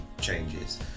changes